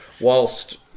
whilst